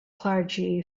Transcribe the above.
clergy